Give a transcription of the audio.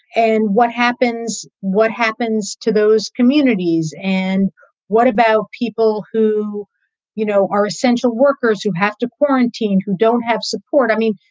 and what happens what happens to those communities? and what about people who you know are essential workers who have to quarantine, who don't have support? i mean,